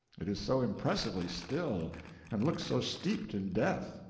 it is so impressively still, and looks so steeped in death.